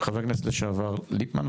חבר הכנסת לשעבר ליפמן,